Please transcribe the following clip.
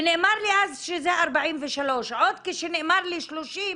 ונאמר לי אז שזה 43. עוד כשנאמר לי 30,